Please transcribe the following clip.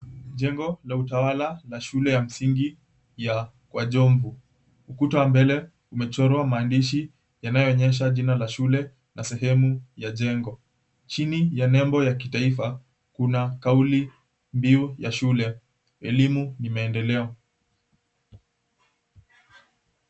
Jengo la utawala la Shule ya Msingi ya Kwa Jomvu. Ukuta wa mbele umechorwa maandishi yanayoonyesha jina la shule na sehemu ya jengo. Chini ya nembo la kitaifa kuna kauli mbiu ya shule, Elimu Ni Maendeleo.